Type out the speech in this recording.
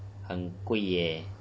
很贵耶